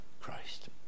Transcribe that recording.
Christ